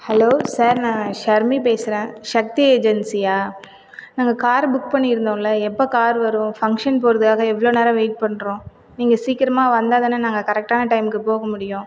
hello sir நான் ஷர்மி பேசுகிறேன் சக்தி ஏஜென்சியாக நாங்கள் காரை புக் பண்ணிருந்தோம்ல எப்போ கார் வரும் ஃபங்க்ஷன் போகறதுக்காக எவ்வளோ நேரம் வெயிட் பண்ணுறோம் நீங்கள் சீக்கிரமாக வந்தால் தானே நாங்கள் கரெக்டான டைமுக்கு போக முடியும்